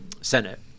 Senate